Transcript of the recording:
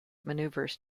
maneuvers